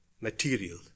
Material